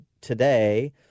Today